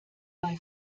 bei